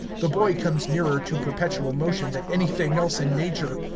the boy comes nearer to perpetual motion than anything else in nature,